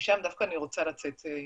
ומשם דווקא אני רוצה לצאת.